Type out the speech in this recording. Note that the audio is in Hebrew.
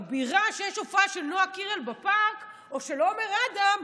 כשיש הופעה של נועה קירל בפארק או של עומר אדם,